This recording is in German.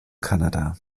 kanada